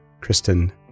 Kristen